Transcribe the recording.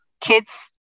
kids